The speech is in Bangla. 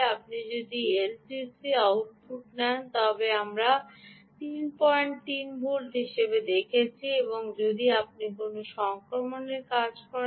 আপনি যদি এলটিসি আউটপুট নেন তবে আমরা 33 ভোল্ট হিসাবে দেখেছি এবং যদি আপনি কোনও সংক্রমণের কাজ করেন